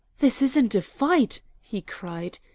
this isn't a fight, he cried,